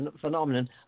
phenomenon